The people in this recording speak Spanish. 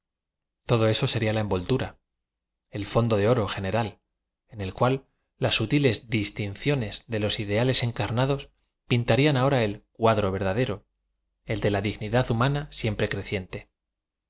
todo eso seria la envoltura el fondo de oro general en el cual las sutiles diuncione de los ideales encarnados pintarían ahora el cuadro verdadero el de la dignidad humana siempre creciente